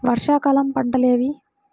వర్షాకాలం పంటలు ఏవి?